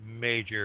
major